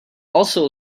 also